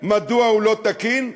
מדוע הוא לא תקין,